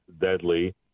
deadly